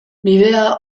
bidea